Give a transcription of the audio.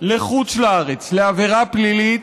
לחוץ-לארץ לעבירה פלילית,